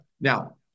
Now